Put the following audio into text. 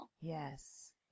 Yes